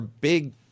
big